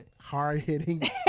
hard-hitting